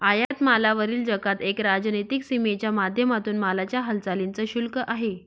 आयात मालावरील जकात एक राजनीतिक सीमेच्या माध्यमातून मालाच्या हालचालींच शुल्क आहे